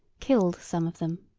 killed some of them.